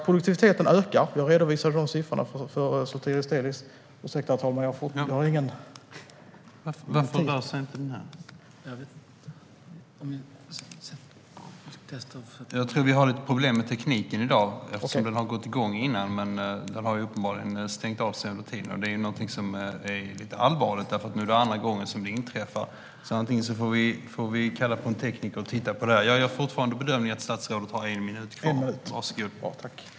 Produktiviteten i asylhanteringen har ökat, som sagt. Jag redovisade de siffrorna för Sotiris Delis.